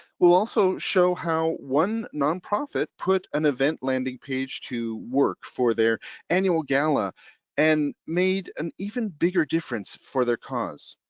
we'll also show how one nonprofit put an event landing page to work for their annual gala and made an even bigger difference for their cause.